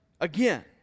again